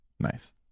Nice